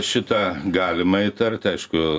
šitą galima įtarti aišku